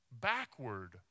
Backward